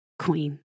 Queen